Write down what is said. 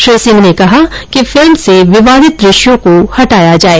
श्री सिंह ने कहा कि फिल्म से विवादित दृश्यों को हटाया जाये